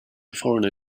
foreigner